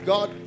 God